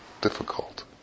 difficult